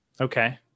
Okay